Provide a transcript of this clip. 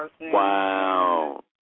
Wow